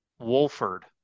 Wolford